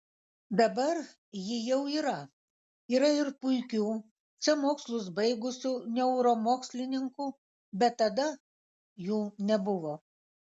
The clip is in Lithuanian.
dabar ji jau yra yra ir puikių čia mokslus baigusių neuromokslininkų bet tada jų nebuvo